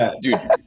dude